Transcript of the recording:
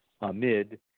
amid